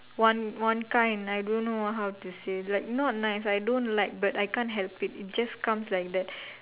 one one kind I don't know how to say like not nice I don't like but I can't help it it just comes like that